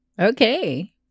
Okay